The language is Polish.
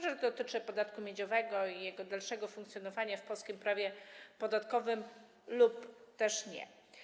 Rzecz dotyczy podatku miedziowego i jego dalszego funkcjonowania w polskim prawie podatkowym lub też nie.